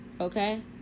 okay